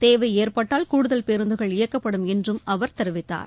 தேவை ஏற்பட்டால் கூடுதல் பேருந்துகள் இயக்கப்படும் என்றும் அவர் தெரிவித்தார்